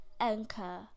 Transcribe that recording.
anchor